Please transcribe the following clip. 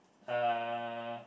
uh